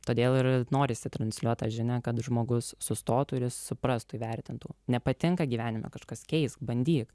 todėl ir norisi transliuot tą žinia kad žmogus sustotų ir suprastų įvertintų nepatinka gyvenime kažkas keisk bandyk